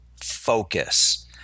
focus